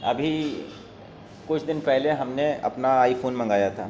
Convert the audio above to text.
ابھی کچھ دن پہلے ہم نے اپنا آئی فون منگایا تھا